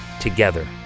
together